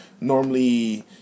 normally